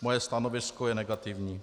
Moje stanovisko je negativní.